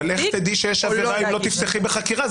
אבל איך תדעי שיש עבירה אם לא תפתחי בחקירה?